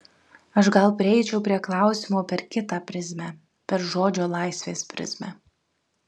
aš gal prieičiau prie klausimo per kitą prizmę per žodžio laisvės prizmę